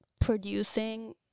producing